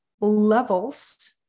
levels